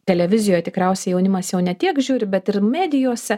televizijoje tikriausiai jaunimas jau ne tiek žiūri bet ir medijose